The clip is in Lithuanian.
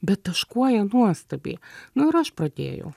bet taškuoja nuostabiai nu ir aš pradėjau